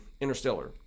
Interstellar